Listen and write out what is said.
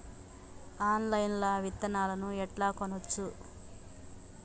Online లా విత్తనాలను ఎట్లా కొనచ్చు?